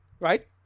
right